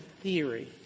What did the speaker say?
theory